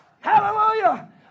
Hallelujah